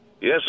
Yes